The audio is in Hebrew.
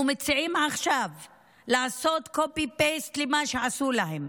ומציעים עכשיו לעשות copy-paste למה שעשו להם,